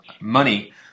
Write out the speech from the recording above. money